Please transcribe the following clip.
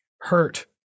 Hurt